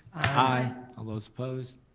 aye. all those opposed,